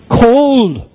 cold